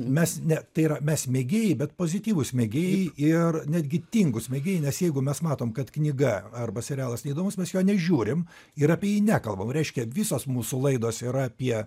mes ne tai yra mes mėgėjai bet pozityvūs mėgėjai ir netgi tingūs mėgėjai nes jeigu mes matom kad knyga arba serialas neįdomus mes jo nežiūrim ir apie jį nekalbam reiškia visos mūsų laidos yra apie